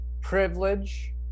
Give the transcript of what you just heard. privilege